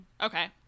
okay